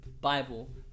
Bible